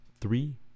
three